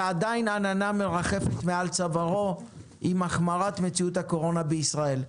ועדיין עננה מרחפת מעל צווארו עם החמרת מציאות הקורונה בישראל.